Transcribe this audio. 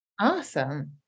Awesome